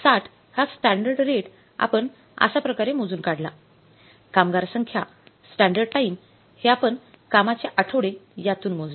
६० हा standard rate आपण अश्या प्रकारे मोजून काढला कामगार संख्या स्टँडर्ड टाइम हे आपण कामाचे आठवडे यातून मोजले